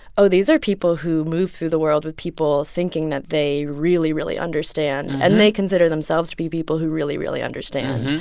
oh, these are people who move through the world with people thinking that they really, really understand, and they consider themselves to be people who really, really understand.